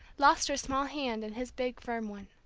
lost her small hand in his big firm one.